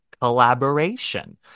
collaboration